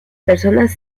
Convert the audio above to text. personas